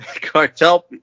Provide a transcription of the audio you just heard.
cartel